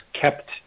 kept